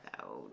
out